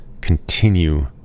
continue